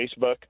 Facebook